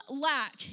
lack